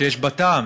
שיש בה טעם,